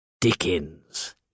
Dickens